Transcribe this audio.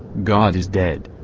god is dead.